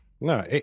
No